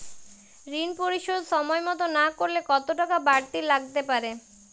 ঋন পরিশোধ সময় মতো না করলে কতো টাকা বারতি লাগতে পারে?